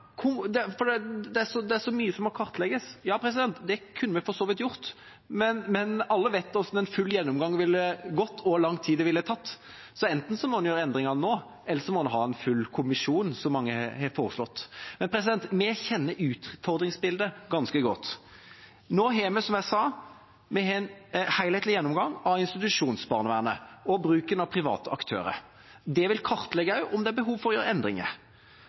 for det er så mye som må kartlegges. Ja, det kunne vi for så vidt ha gjort, men alle vet hvordan en full gjennomgang ville gått, og hvor lang tid det ville tatt. Så enten må en gjøre endringer nå, eller så må en ha en full kommisjon, som mange har foreslått. Men vi kjenner utfordringsbildet ganske godt. Nå har vi, som jeg sa, en helhetlig gjennomgang av institusjonsbarnevernet og bruken av private aktører. Det vil kartlegge om det er behov for å gjøre endringer.